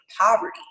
poverty